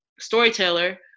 storyteller